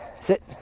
sit